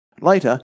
Later